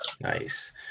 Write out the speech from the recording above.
Nice